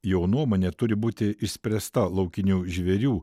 jo nuomone turi būti išspręsta laukinių žvėrių